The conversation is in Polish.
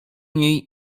niej